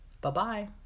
Bye-bye